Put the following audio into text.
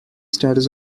status